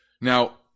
Now